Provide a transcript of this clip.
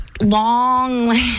long